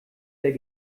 der